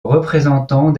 représentant